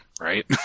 right